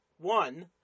one